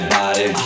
body